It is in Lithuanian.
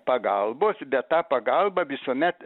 pagalbos bet ta pagalba visuomet